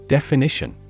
Definition